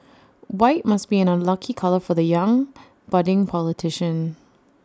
white must be an unlucky colour for the young budding politician